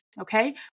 Okay